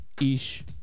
Ish